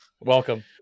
Welcome